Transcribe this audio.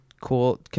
cool